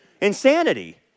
Insanity